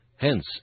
Hence